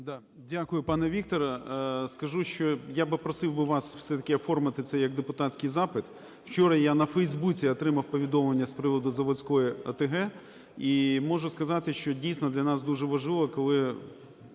Дякую, пане Вікторе. Скажу, що я би просив би вас все-таки оформити це як депутатський запит. Вчора я на Фейсбуці отримав повідомлення з приводу Заводської ОТГ, і можу сказати, що, дійсно, для нас дуже важливо, коли